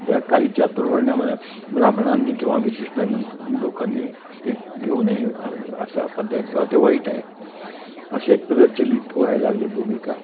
त्या काही चातुर्वर्ण्यामधल्या ब्राह्मणांनी किंवा विशिष्ट न लोकांनी ते घेऊ नये असा पध्यान किंवा ते वाईट आहे असे एक प्रचलित व्हायला लागली भूमिका